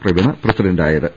Praveena പ്രസിഡന്റായത്